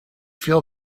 feel